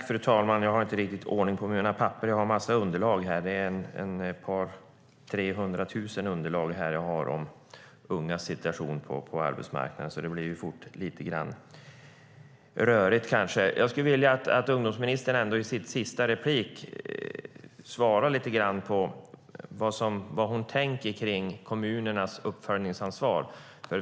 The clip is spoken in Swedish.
Fru talman! Jag har inte riktigt ordning på mina papper. Jag har 200 000-300 000 uppgifter i mitt underlag om ungas situation på arbetsmarknaden. Jag skulle vilja att ungdomsministern i sitt sista inlägg säger något om vad hon tänker beträffande kommunernas uppföljningsansvar.